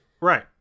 Right